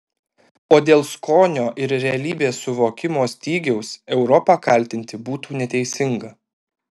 o dėl skonio ir realybės suvokimo stygiaus europą kaltinti būtų neteisinga